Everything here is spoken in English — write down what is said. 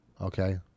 okay